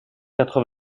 quatre